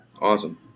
Awesome